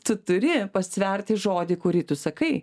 tu turi pastverti žodį kurį tu sakai